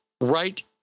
right